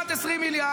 כמעט 20 מיליארד.